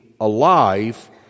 alive